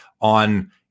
on